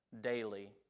daily